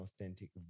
authentic